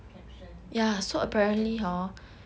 caption not caption also